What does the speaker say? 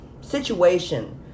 situation